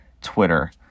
Twitter